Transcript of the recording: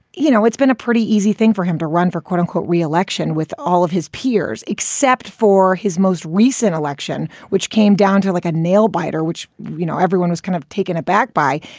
you know, it's been a pretty easy thing for him to run for, quote unquote, re-election with all of his peers, except for his most recent election, which came down to like a nail biter, which, you know, everyone was kind of taken aback by.